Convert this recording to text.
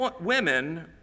women